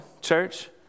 church